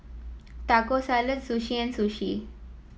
Taco Salad Sushi and Sushi